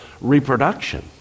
reproduction